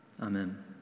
Amen